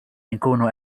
nkunu